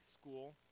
School